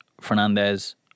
Fernandez